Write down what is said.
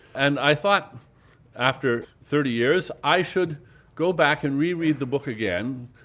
and i thought after thirty years i should go back and re-read the book again.